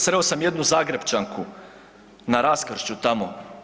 Sreo sam jednu Zagrepčanku na raskršću tamo.